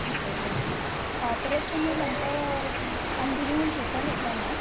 ठीक आहे सर मग परत तुम्ही नंतर अंधेरीहून रिटन येताना